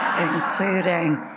including